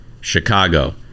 Chicago